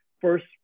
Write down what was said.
first